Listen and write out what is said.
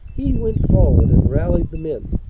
he went for ward and rallied the men,